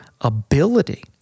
ability